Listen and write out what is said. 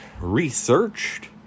researched